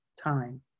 time